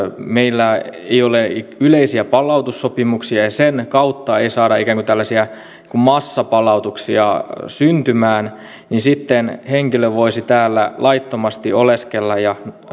meillä ei ole yleisiä palautussopimuksia ja sen kautta ei saada ikään kuin tällaisia massapalautuksia syntymään niin sitten henkilö voisi täällä laittomasti oleskella ja